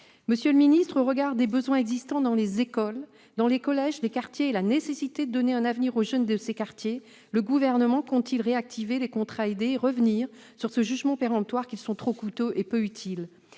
Monsieur le secrétaire d'État, au regard des besoins existants dans les écoles et les collèges des quartiers, et considérant la nécessité de donner un avenir aux jeunes de ces quartiers, le Gouvernement compte-t-il réactiver les contrats aidés et revenir sur le jugement péremptoire consistant à estimer qu'ils sont trop coûteux et peu utiles ?